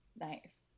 Nice